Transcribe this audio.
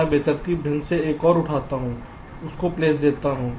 मैं बेतरतीब ढंग से एक और उठाता हूं प्लेस देता हूं